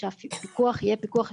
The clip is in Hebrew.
היא שהפיקוח יהיה פיקוח אפקטיבי.